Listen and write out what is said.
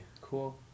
Cool